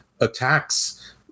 attacks